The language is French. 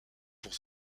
pour